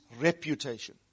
reputation